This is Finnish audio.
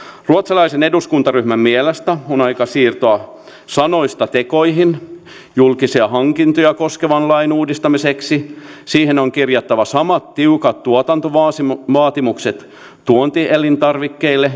ruotsalaisen eduskuntaryhmän mielestä on aika siirtyä sanoista tekoihin julkisia hankintoja koskevan lain uudistamiseksi siihen on kirjattava samat tiukat tuotantovaatimukset tuontielintarvikkeille